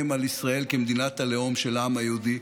על ישראל כמדינת הלאום של העם היהודי,